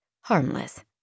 harmless